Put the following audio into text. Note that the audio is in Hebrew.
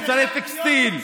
מוצרי טקסטיל,